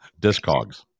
Discogs